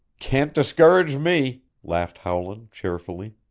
can't discourage me! laughed howland cheerfully.